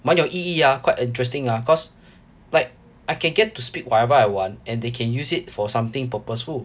蛮有意义啊 quite interesting ah cause like I can get to speak whatever I want and they can use it for something purposeful